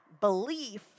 belief